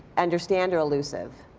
understand or elusive?